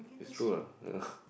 it's true ah